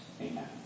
Amen